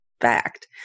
fact